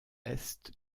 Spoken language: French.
est